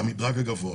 את המדרג הגבוה,